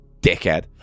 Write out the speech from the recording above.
Dickhead